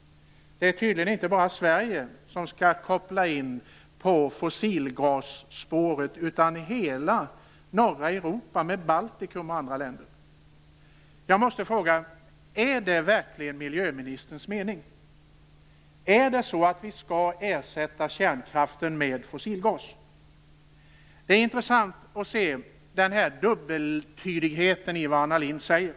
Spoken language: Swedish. Det är tydligen inte bara Sverige som skall koppla in på fossilgasspåret, utan hela norra Europa inklusive Baltikum. Jag måste fråga: Är det verkligen miljöministerns mening? Är det så att vi skall ersätta kärnkraften med fossilgas? Det är intressant att se dubbeltydigheten i vad Anna Lindh säger.